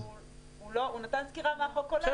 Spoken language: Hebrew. הוא נתן סקירה מה החוק כולל,